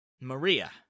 Maria